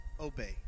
obey